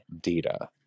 data